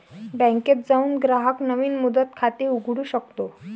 बँकेत जाऊन ग्राहक नवीन मुदत खाते उघडू शकतो